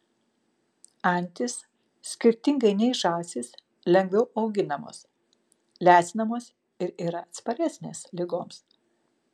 antys skirtingai nei žąsys lengviau auginamos lesinamos ir yra atsparesnės ligoms